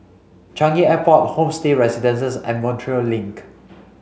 Changi Airport Homestay Residences and Montreal Link